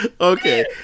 okay